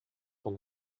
van